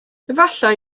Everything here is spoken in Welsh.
efallai